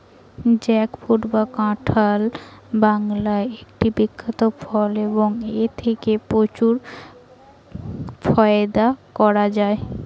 jackfruit বা কাঁঠাল বাংলার একটি বিখ্যাত ফল এবং এথেকে প্রচুর ফায়দা করা য়ায়